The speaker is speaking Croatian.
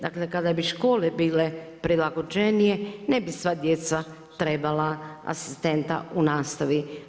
Dakle, kada bi škole bile prilagođenije ne bi sva djeca trebala asistenta u nastavi.